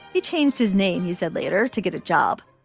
he changed his name, he said later, to get a job.